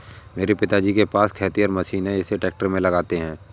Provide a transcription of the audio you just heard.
मेरे पिताजी के पास खेतिहर मशीन है इसे ट्रैक्टर में लगाते है